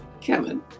Kevin